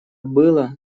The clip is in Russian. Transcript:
было